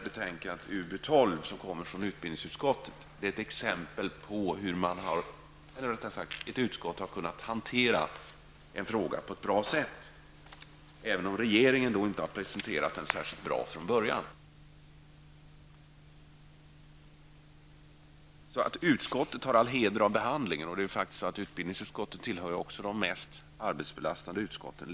Betänkande UbU12 från utbildningsutskottet är enligt min mening ett exempel på hur ett utskott har kunnat hantera en fråga på ett bra sätt, även om regeringen inte har presenterat den särskilt, bra från början. Utskottet har all heder av behandlingen, och utbildningsutskottet, liksom jordbruksutskottet, tillhör också de mest arbetsbelastade utskotten.